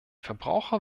verbraucher